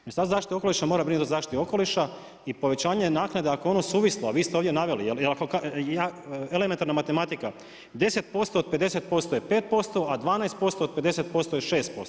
Ministarstvo zaštite okoliša mora brinuti o zaštiti okoliša i povećanje naknade ako je ono suvišno, a vi ste ovdje naveli, elementarne matematika, 10% od 50% je 5%, a 12% od 50% je 6%